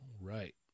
right